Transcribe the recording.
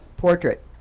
Portrait